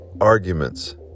arguments